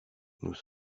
nous